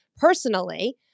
personally